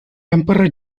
emperor